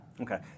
Okay